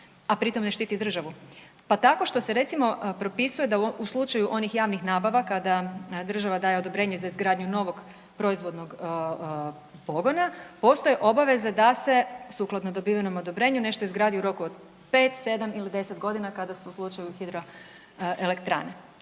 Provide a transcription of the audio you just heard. a pri tom ne štiti državu? Pa tako što se recimo propisuje da u slučaju onih javnih nabava kada država daje odobrenje za izgradnju novog proizvodnog pogona postoje obaveze da se sukladno dobivenom odobrenju nešto izgradi u roku od 5, 7 ili 10 godina kada su u slučaju hidroelektrane.